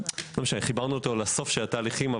וחיברנו אותו לסוף של התהליכים,